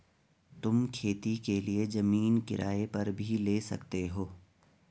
तुम खेती के लिए जमीन किराए पर भी ले सकते हो